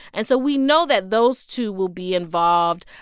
and so we know that those two will be involved.